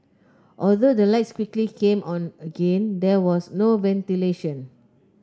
although the lights quickly came on again there was no ventilation